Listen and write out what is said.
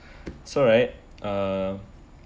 so right uh